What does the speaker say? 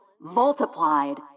multiplied